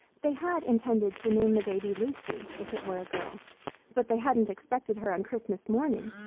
they had intended to name the baby lucy, if it were a girl but they hadn't expected her on christmas morning,